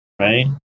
Right